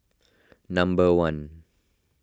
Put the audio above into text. number one